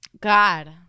God